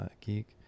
Geek